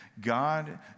God